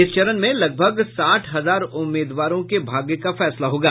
इस चरण में लगभग साठ हजार उम्मीदवार के भाग्य का फैसला होगा